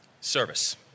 service